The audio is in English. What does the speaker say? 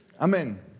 Amen